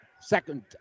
second